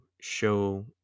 show